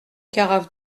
carafe